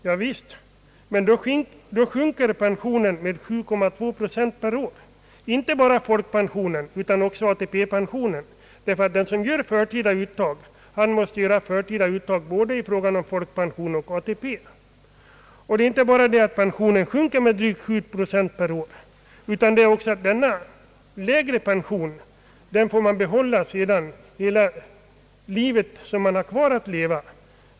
Javisst, men då sjunker pensionen med 7,2 procent per år — inte bara folkpensionen utan även ATP-pensionen, ty den som gör förtida uttag måste göra sådana både i fråga om folkpensionen och ATP. Och det är inte bara så att pensionen sjunker med drygt 7 procent per år, utan denna lägre pension får man behålla hela livet.